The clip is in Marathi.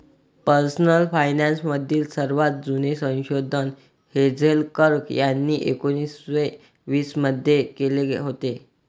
पर्सनल फायनान्स मधील सर्वात जुने संशोधन हेझेल कर्क यांनी एकोन्निस्से वीस मध्ये केले होते